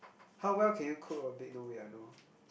how well can you cook or bake no wait i know